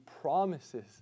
promises